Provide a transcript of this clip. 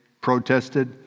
protested